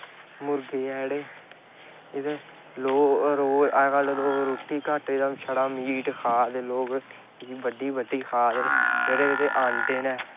मुर्गे ऐं जेह्ड़े एह्दा घट्ट गै छड़ा मीट खा दे लोग बड्डी बड्डी खा दे न एह्दे जेह्ड़े अंडे न